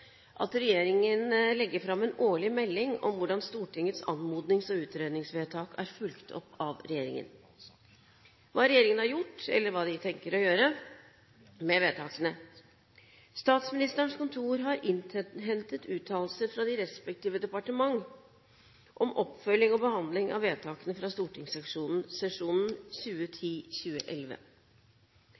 at regjeringen legger fram en årlig melding om hvordan Stortingets anmodnings- og utredningsvedtak er fulgt opp av regjeringen – hva regjeringen har gjort, eller hva de tenker å gjøre med vedtakene. Statsministerens kontor har innhentet uttalelser fra de respektive departementer om oppfølging og behandling av vedtakene fra stortingssesjonen